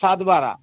सात बारा